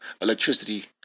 electricity